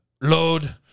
load